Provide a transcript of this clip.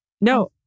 No